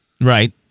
Right